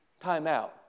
timeout